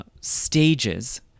stages